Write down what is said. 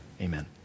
amen